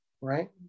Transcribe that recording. right